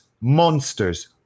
monsters